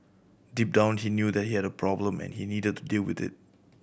deep down he knew that he had a problem and he needed to deal with it